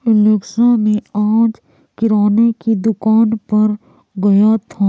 Alexa मैं आज किराने कि दुकान पर गया था